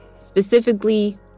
Specifically